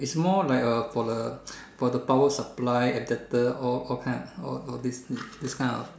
it's more like a for the for the power supply adaptor all all kind all kind this kind of